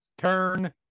Turn